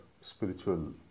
spiritual